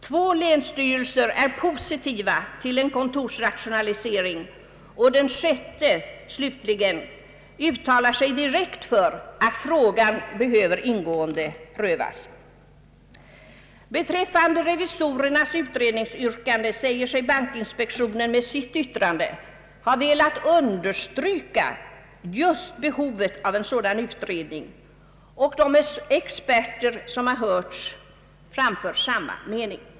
Två länsstyrelser är positiva till en kontorsrationalisering, och den sjätte slutligen uttalar sig direkt för att frågan skall ingående prövas. Beträffande revisorernas utredningsyrkande säger sig bankinspektionen med sitt yttrande just ha velat understryka behovet av en sådan utredning, och de experter som hörts har framfört samma mening.